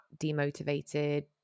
demotivated